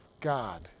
God